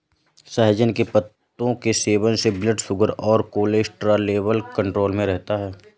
सहजन के पत्तों के सेवन से ब्लड शुगर और कोलेस्ट्रॉल लेवल कंट्रोल में रहता है